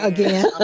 Again